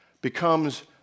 becomes